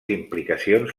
implicacions